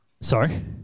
Sorry